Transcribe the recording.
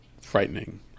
frightening